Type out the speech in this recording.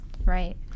Right